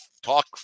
talk